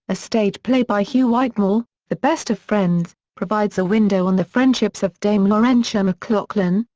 a stage play by hugh whitemore, the best of friends, provides a window on the friendships of dame laurentia mclachlan,